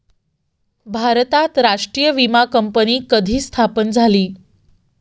भारतात राष्ट्रीय विमा कंपनी कधी स्थापन झाली?